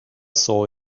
saw